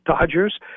Dodgers